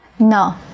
no